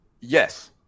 Yes